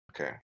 okay